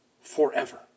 forever